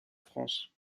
france